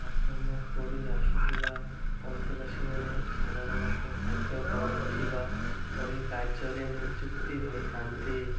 ଅବ୍ରାମଫ୍ ପରି ଆସୁଥିବା ଅନ୍ତେବାସୀମାନେ ସାଧାରଣତଃ ଖାଦ୍ୟ ପରଷିବା ପରି କାର୍ଯ୍ୟରେ ନିଯୁକ୍ତ ହୋଇଥାନ୍ତି